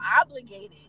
obligated